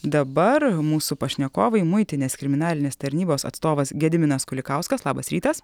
dabar mūsų pašnekovai muitinės kriminalinės tarnybos atstovas gediminas kulikauskas labas rytas